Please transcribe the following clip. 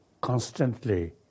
constantly